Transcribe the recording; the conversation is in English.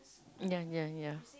ya ya ya